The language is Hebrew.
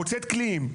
מוצאת קליעים,